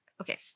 Okay